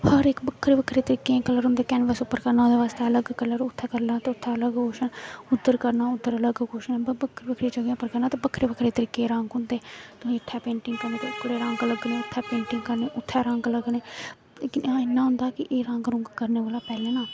हर इक बक्खरे बक्खरे तरीके दे कल्लर होंदे कैनवस उप्पर करना ओह्दे बास्तै अलग कल्लर उत्थै करना ते उत्थै अलग कल्लर उद्धर करना उद्धर अलग कल्लर बक्खरी बक्खरी जगह् पर करना ते बक्खरे बक्खरे रंग होंदे उत्थै पेंटिंग करना अलग रंग लग्गना उत्थै पेंटिंग करनी उत्थै रंग लग्गना इन्ना होंदा कि रंग रुंग लग्गने कोला दा पैह्लें ना